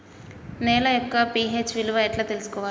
నేల యొక్క పి.హెచ్ విలువ ఎట్లా తెలుసుకోవాలి?